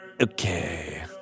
Okay